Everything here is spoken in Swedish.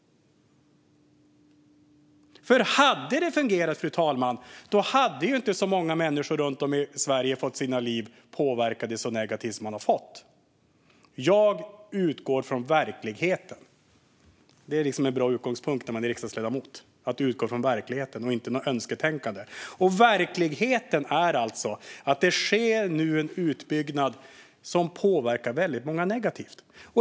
Om det hade fungerat, fru talman, skulle inte så många människor runt om i Sverige fått sina liv påverkade i så negativ bemärkelse som de har fått. Jag utgår från verkligheten. Verkligheten är liksom en bra utgångspunkt när man är riksdagsledamot i stället för att utgå från något önsketänkande. Verkligheten är alltså att det nu sker en utbyggnad som påverkar väldigt många negativt.